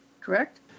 Correct